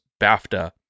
BAFTA